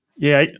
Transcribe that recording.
yeah,